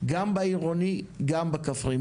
גם בעירוני, וגם בכפריים.